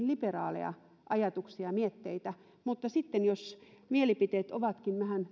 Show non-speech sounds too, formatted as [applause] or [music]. [unintelligible] liberaaleista ajatuksista ja mietteistä mutta sitten jos mielipiteet ovatkin